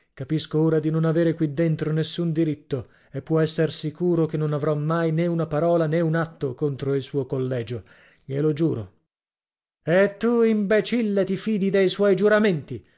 capisco ora di non avere qui dentro nessun diritto e può esser sicuro che non avrò mai né una parola né un atto contro il suo collegio glielo giuro e tu imbecille ti fidi dei suoi giuramenti